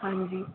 ਹਾਂਜੀ